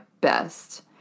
best